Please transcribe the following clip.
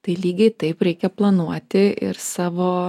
tai lygiai taip reikia planuoti ir savo